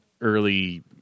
early